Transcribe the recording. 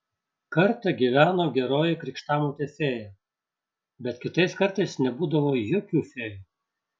kartą gyveno geroji krikštamotė fėja bet kitais kartais nebūdavo jokių fėjų